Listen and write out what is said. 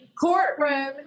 courtroom